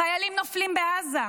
חיילם נופלים בעזה,